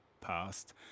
past